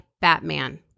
Batman